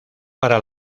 para